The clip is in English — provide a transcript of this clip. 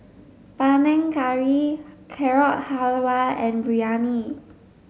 Panang Curry Carrot Halwa and Biryani